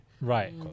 Right